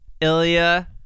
Ilya